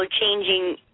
changing